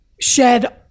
shed